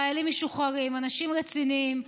חיילים משוחררים, אנשים רציניים,